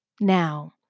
now